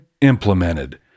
implemented